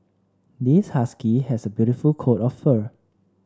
this husky has a beautiful coat of fur